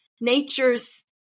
nature's